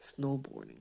snowboarding